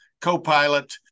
co-pilot